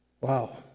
Wow